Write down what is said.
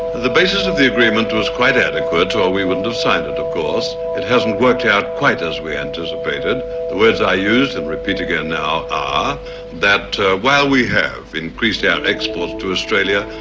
the basis of the agreement was quite adequate or we wouldn't have signed it of course. it hasn't worked out quite as we anticipated. the words i used and repeat again now are that while we have increased our exports to australia,